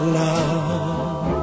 love